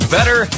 Better